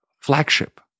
flagship